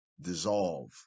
dissolve